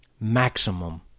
maximum